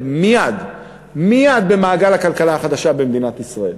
מייד במעגל הכלכלה החדשה במדינת ישראל.